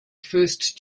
first